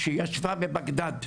שהיא ישבה בבגדד,